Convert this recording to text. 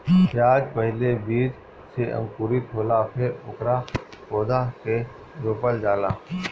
प्याज पहिले बीज से अंकुरित होला फेर ओकरा पौधा के रोपल जाला